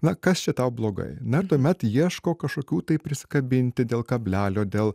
na kas čia tau blogai na tuomet ieško kažkokių tai prisikabinti dėl kablelio dėl